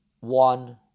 one